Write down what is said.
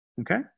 Okay